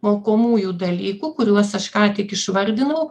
mokomųjų dalykų kuriuos aš ką tik išvardinau